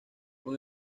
con